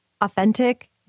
authentic